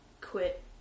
quit